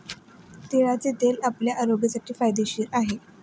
तिळाचे तेल आपल्या आरोग्यासाठी फायदेशीर आहे